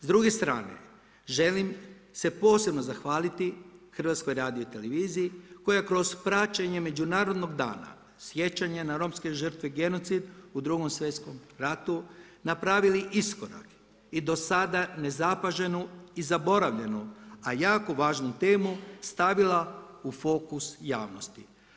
S druge strane, želim se posebno zahvaliti Hrvatskoj radioteleviziji koja kroz praćenje Međunarodnog dana sjećanja na romske žrtve genocid u Drugom svjetskom ratu napravili iskorak i do sada nezapaženu i zaboravljenu, a jako važnu temu stavila u fokus javnosti.